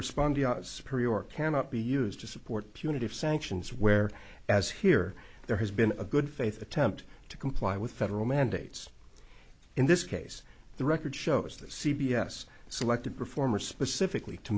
respond cannot be used to support punitive sanctions where as here there has been a good faith attempt to comply with federal mandates in this case the record shows that c b s selected performers specifically to